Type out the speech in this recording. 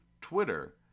Twitter